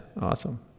Awesome